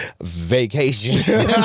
vacation